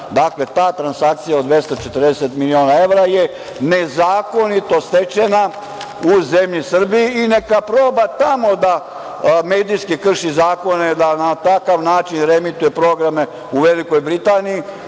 Dakle, ta transakcija od 240 miliona evra je nezakonito stečena u zemlji Srbiji. Neka proba tamo da medijski krši zakone i da na takav način reemituje programe u Velikoj Britaniji